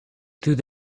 through